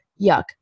Yuck